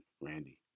Randy